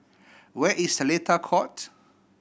where is Seletar Court